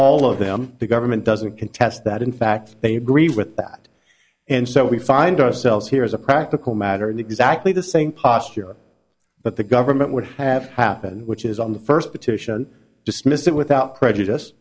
all of them the government doesn't contest that in fact they agree with that and so we find ourselves here as a practical matter in exactly the same posture but the government would have happened which is on the first petition dismissed it without prejudice